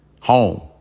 home